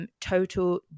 total